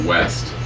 West